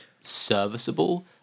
serviceable